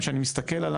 גם כשאני מסתכל על